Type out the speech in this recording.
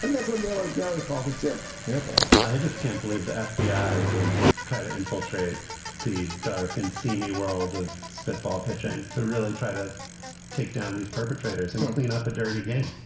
that's what gaylord perry called a two year pro i just can't believe the fbi didn't and try to infiltrate the dark and seamy world of spitball pitching to really try to take down these perpetrators and clean up a dirty game.